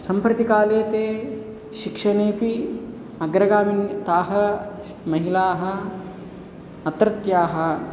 सम्प्रति काले ते शिक्षणेऽपि अग्रगामिण्यः ताः महिलाः अत्रत्याः